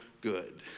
good